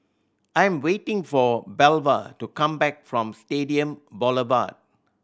I am waiting for Belva to come back from Stadium Boulevard